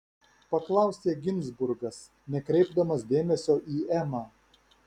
paklausė ginzburgas nekreipdamas dėmesio į emą